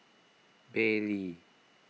Bentley